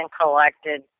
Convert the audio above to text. collected